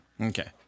Okay